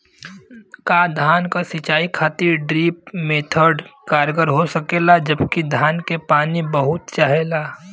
का धान क सिंचाई खातिर ड्रिप मेथड कारगर हो सकेला जबकि धान के पानी बहुत चाहेला?